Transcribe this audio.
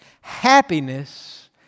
Happiness